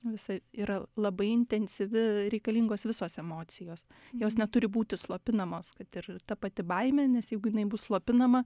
visa yra labai intensyvi reikalingos visos emocijos jos neturi būti slopinamos kad ir ta pati baimė nes jeigu jinai bus slopinama